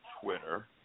Twitter